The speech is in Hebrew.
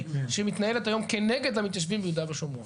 שמתנהלת היום כנגד המתיישבים ביהודה ושומרון.